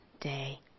day